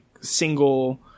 single